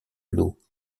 l’eau